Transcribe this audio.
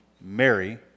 Mary